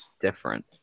Different